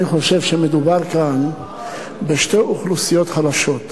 אני חושב שמדובר כאן בשתי אוכלוסיות חלשות,